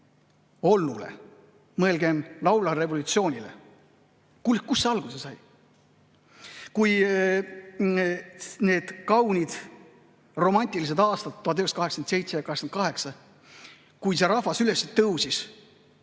olnule, mõelgem laulvale revolutsioonile. Kust see alguse sai? Kui olid need kaunid romantilised aastad 1987 ja 1988, kui rahvas üles tõusis,